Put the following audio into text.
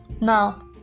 No